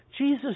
Jesus